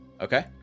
Okay